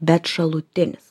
bet šalutinis